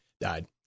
died